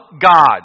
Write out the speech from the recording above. God